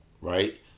right